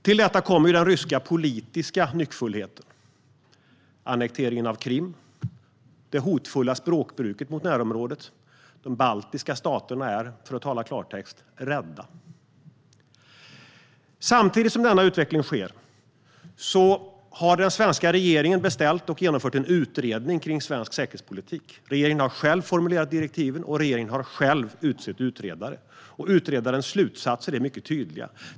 Till detta kommer den ryska politiska nyckfullheten: annekteringen av Krim och det hotfulla språkbruket mot närområdet. De baltiska staterna är - för att tala klartext - rädda. Samtidigt som denna utveckling sker har den svenska regeringen beställt och genomfört en utredning om svensk säkerhetspolitik. Regeringen har själv formulerat direktiven och själv utsett utredare. Utredarens slutsatser är mycket tydliga.